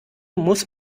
muss